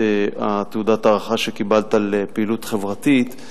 את תעודת ההערכה שקיבלתְ על פעילות חברתית,